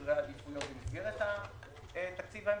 סדרי העדיפויות במסגרת התקציב ההמשכי,